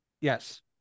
yes